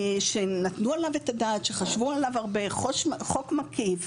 שנתנו עליו את הדעת, שחשבו עליו הרבה, חוק מקיף.